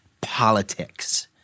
politics